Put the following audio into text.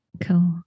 Cool